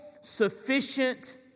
sufficient